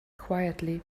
quietly